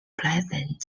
pleasant